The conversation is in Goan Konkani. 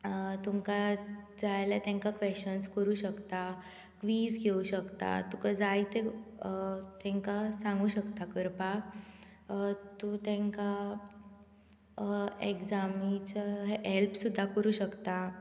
तुमकां जाल्यार तांकां क्वेशंस करूंक शकता क्वीज घेवंक शकता तुका जाय तें तांकां सांगूंक शकता करपाक तूं तांकां एग्जामीचो हेल्प सुद्दां करूंक शकता